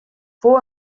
fou